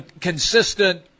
consistent